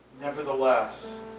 Nevertheless